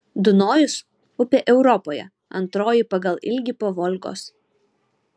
dunojus upė europoje antroji pagal ilgį po volgos